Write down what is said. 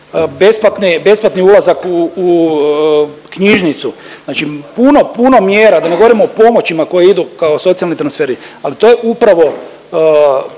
besplatni ulazak u knjižnicu. Znači puno, puno mjera da ne govorimo o pomoćima koje idu kao socijalni transferi, ali to je upravo